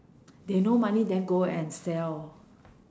they no money then go and sell